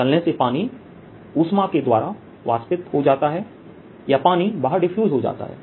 तलने से पानी ऊष्मा के द्वारा वाष्पित हो जाता है या पानी बाहर डिफ्यूज हो जाता है